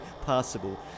possible